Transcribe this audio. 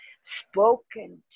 spoken